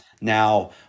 now